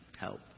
help